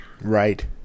Right